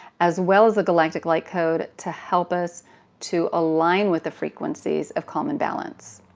as well as a galactic light code to help us to align with the frequencies of calm and balance.